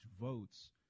votes